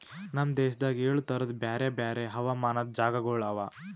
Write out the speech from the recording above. ನಮ್ ದೇಶದಾಗ್ ಏಳು ತರದ್ ಬ್ಯಾರೆ ಬ್ಯಾರೆ ಹವಾಮಾನದ್ ಜಾಗಗೊಳ್ ಅವಾ